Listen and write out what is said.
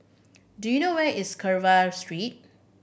do you know where is Carver Street